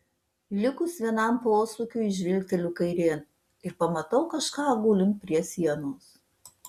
likus vienam posūkiui žvilgteliu kairėn ir pamatau kažką gulint prie sienos